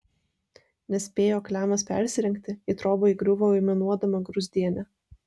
nespėjo klemas persirengti į trobą įgriuvo aimanuodama gruzdienė